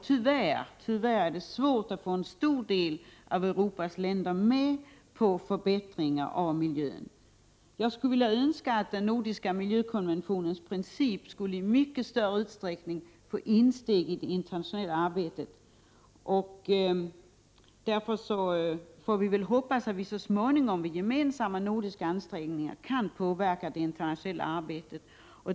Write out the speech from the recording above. Tyvärr är det svårt att få många av Europas länder med på åtgärder som kan leda till en förbättring av miljön. Det vore önskvärt att den europeiska miljökonventionens principer i större utsträckning vann insteg i det internationella arbetet, och vi får hoppas att vi så småningom, med gemensamma nordiska ansträngningar, kan påverka det internationella arbetet.